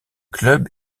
club